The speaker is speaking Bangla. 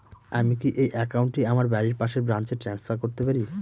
আমি কি এই একাউন্ট টি আমার বাড়ির পাশের ব্রাঞ্চে ট্রান্সফার করতে পারি?